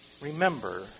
remember